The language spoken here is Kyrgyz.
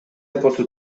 эпосу